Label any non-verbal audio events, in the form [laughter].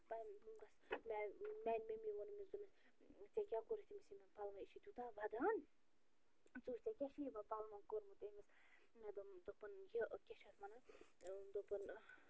[unintelligible] بس [unintelligible] میٛانہِ مٔمی ووٚن أمِس دوٚپنَس ژےٚ کیٛاہ کوٚرُتھ أمِس یِمن پَلوَن یہِ چھِ تیوٗتاہ وَدان ژٕ وٕچھِ ژےٚ کیٛاہ چھِ یِمن پلون کوٚرمُت أمِس مےٚ دوٚپ دوٚپُن یہِ کیٛاہ چھِ اَتھ وَنان دوٚپُن